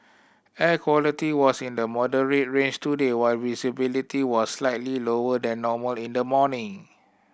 air quality was in the moderate range today while visibility was slightly lower than normal in the morning